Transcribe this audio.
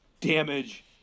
damage